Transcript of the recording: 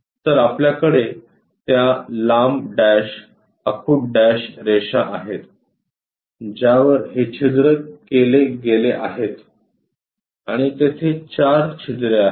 तर आपल्याकडे त्या लांब डॅश आखुड डॅश रेषा आहेत ज्यावर हे छिद्र केले गेले आहेत आणि तेथे चार छिद्रे आहेत